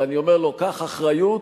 ואני אומר לו: קח אחריות